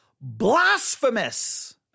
Blasphemous